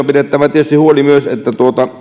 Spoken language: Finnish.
pidettävä tietysti huoli myös että